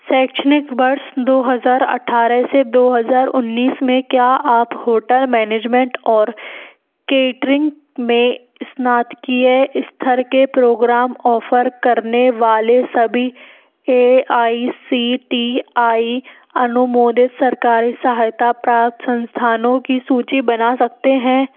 शैक्षणिक वर्ष दो हज़ार अट्ठारह से दो हज़ार उन्नीस में क्या आप होटल मैनेजमेंट और केट्रिंग में स्नातकीय स्थर के प्रोग्राम ऑफ़र करने वाले सभी A I C T I अनुमोदित सरकारी सहायता प्राप्त संस्थानों की सूची बना सकते हैं